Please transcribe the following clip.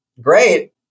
great